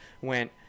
went